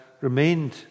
remained